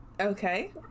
Okay